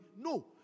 No